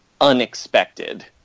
unexpected